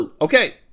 Okay